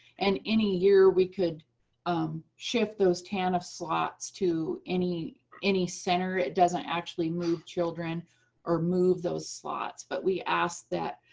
and any year, we could shift those tanf slots to any any center. it doesn't actually move children or move those slots, but we asked that.